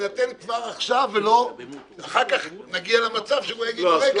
תינתן כבר עכשיו ולא אחר כך נגיע למצב שיגידו: רגע,